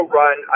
run